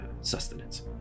sustenance